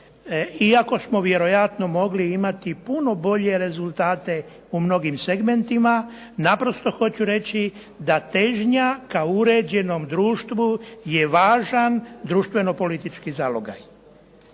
iako smo vjerojatno mogli imati puno bolje rezultate u mnogim segmentima. Naprosto hoću reći da težnja ka uređenom društvu je važan društveno politički zalogaj